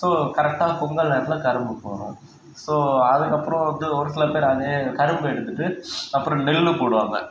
so கரெக்ட்டாக பொங்கல் நேரத்தில் கரும்பு வரும் ஸோ அதுக்கப்புறம் வந்து ஒரு சில பேர் அதே கரும்பு எடுத்துவிட்டு அப்புறம் நெல் போடுவாங்க